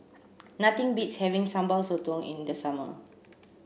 nothing beats having Sambal Sotong in the summer